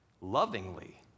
lovingly